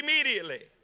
immediately